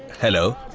hello.